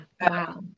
Wow